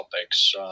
topics